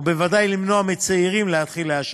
ובוודאי למנוע מצעירים להתחיל לעשן.